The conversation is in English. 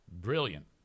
brilliant